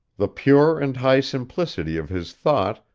the pure and high simplicity of his thought,